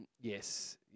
Yes